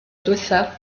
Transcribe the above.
diwethaf